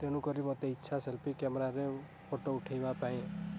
ତେଣୁ କରି ମୋତେ ଇଚ୍ଛା ସେଲ୍ଫି କ୍ୟାମେରାରେ ଫଟୋ ଉଠାଇବା ପାଇଁ